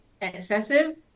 excessive